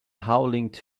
howling